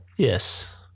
Yes